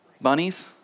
bunnies